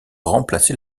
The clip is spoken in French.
remplacer